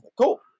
Cool